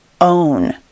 own